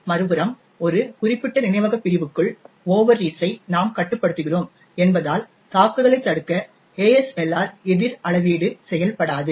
மறுபுறம் ஒரு குறிப்பிட்ட நினைவக பிரிவுக்குள் ஓவர்ரீட்ஸ் ஐ நாம் கட்டுப்படுத்துகிறோம் என்பதால் தாக்குதலைத் தடுக்க ASLR எதிர் அளவீடு செயல்படாது